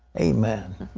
amen.